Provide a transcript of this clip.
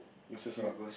you also